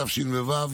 התשנ"ו,